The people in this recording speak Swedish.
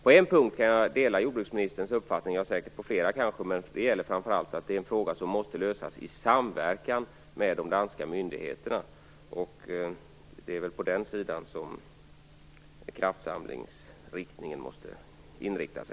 På en punkt kan jag dela jordbruksministerns uppfattning - det kan jag säkert på flera punkter, förresten - och den är att denna fråga måste lösas i samverkan med de danska myndigheterna. Det är nog på den sidan som kraftsamlingen måste inriktas.